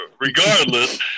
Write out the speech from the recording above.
regardless